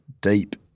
deep